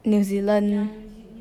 New Zealand